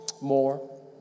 more